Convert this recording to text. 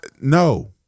No